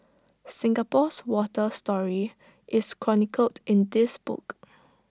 Singapore's water story is chronicled in this book